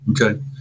okay